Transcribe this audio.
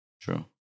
True